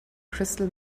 crystal